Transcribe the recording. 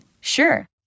Sure